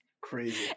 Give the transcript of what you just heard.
Crazy